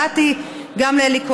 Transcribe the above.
באתי גם לאלי כהן,